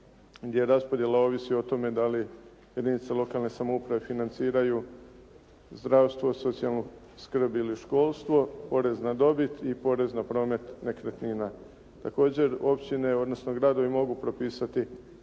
gdje raspodjela ovisi o tome da li jedinice lokalne samouprave financiraju zdravstvo, socijalnu skrb ili školstvo, porez na dobit i porez na promet nekretnina. Također općine, odnosno gradovi mogu propisati